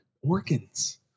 organs